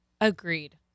Agreed